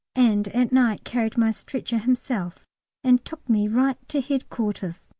and at night carried my stretcher himself and took me right to headquarters.